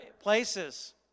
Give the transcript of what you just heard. places